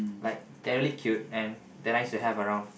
like they're really cute and they're nice to have around